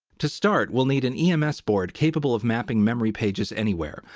to start, we'll need an ems board capable of mapping memory pages anywhere.